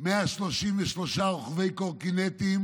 133 רוכבי קורקינטים